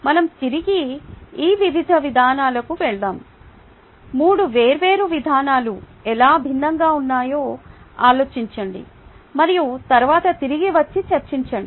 మనం తిరిగి ఈ వివిధ విధానాలకి వెళ్దాం 3 వేర్వేరు విధానాలు ఎలా భిన్నంగా ఉన్నాయో ఆలోచించండి మరియు తరువాత తిరిగి వచ్చి చర్చించండి